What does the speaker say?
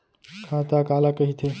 खाता काला कहिथे?